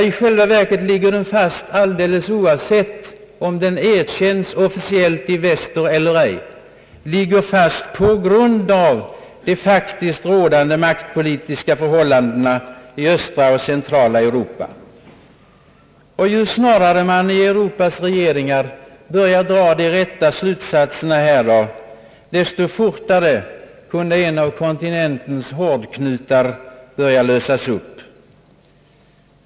I själva verket ligger den fast, oavsett om den officiellt erkänns i väster eller inte, på grund av de faktiskt rådande maktpolitiska förhållandena i östra och centrala Europa. Ju snarare man i Europas regeringar drar de rätta slutsatserna härav, desto fortare kunde en av kontinentens hårdknutar börja lösas upp.